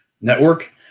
network